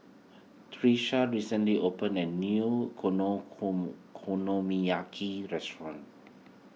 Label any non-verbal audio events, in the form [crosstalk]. Tisha recently opened a new [unintelligible] Konomiyaki restaurant